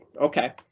Okay